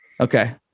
Okay